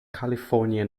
california